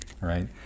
right